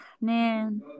man